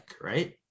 right